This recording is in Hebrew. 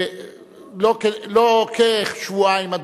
לא כשבועיים,